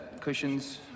cushions